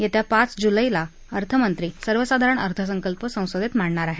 येत्या पाच जुलैला अर्थमंत्री सर्वसाधारण अर्थसंकल्प संसदेत मांडणार आहेत